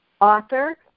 author